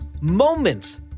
moments